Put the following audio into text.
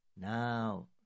Now